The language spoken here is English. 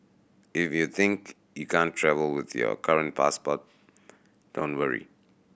if you think you can't travel with your current passport don't worry